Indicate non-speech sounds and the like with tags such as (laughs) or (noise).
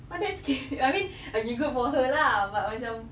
but that's scary (laughs) I mean okay good for her lah but macam